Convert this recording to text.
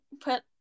put